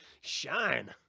shine